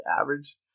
average